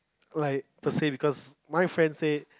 like firstly because my friend say